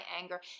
anger